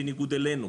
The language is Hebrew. בניגוד אלינו,